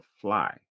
fly